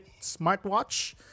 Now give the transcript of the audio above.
smartwatch